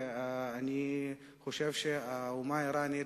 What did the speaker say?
ואני חושב שהאומה האירנית,